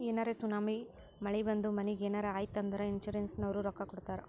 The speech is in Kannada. ಏನರೇ ಸುನಾಮಿ, ಮಳಿ ಬಂದು ಮನಿಗ್ ಏನರೇ ಆಯ್ತ್ ಅಂದುರ್ ಇನ್ಸೂರೆನ್ಸನವ್ರು ರೊಕ್ಕಾ ಕೊಡ್ತಾರ್